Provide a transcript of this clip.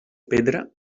pedra